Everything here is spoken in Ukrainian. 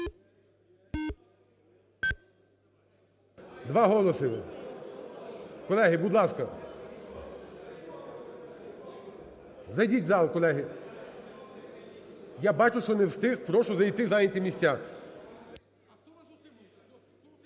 Два голоси. Колеги, будь ласка. Зайдіть у зал, колеги я бучу, що не встигли прошу зайти і зайняти місця.